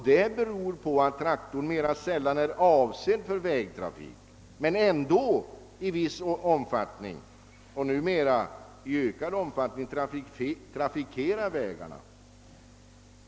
Det beror på att traktorn mera sällan är avsedd för vägtrafik men ändå i viss och numera ökad omfattning trafikerar vägarna.